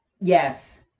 Yes